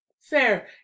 Fair